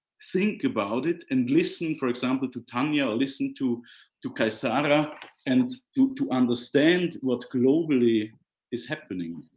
think about it, and listen for example to tania or listen to to kay sara and to to understand what globally is happening.